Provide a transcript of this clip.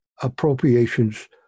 appropriations